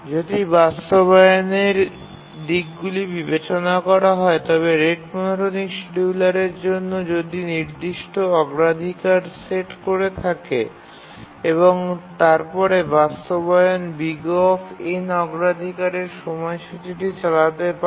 যদি বাস্তবায়নের দিকগুলি বিবেচনা করা হয় তবে রেট মনোটোনিক শিডিয়ুলারের জন্য যদি নির্দিষ্ট অগ্রাধিকার সেট করে থাকে এবং তারপরে বাস্তবায়ন O অগ্রাধিকারের সময়সূচীটি চালাতে পারে